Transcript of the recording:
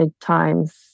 times